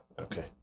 Okay